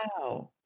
Wow